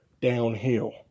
downhill